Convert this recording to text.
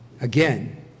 Again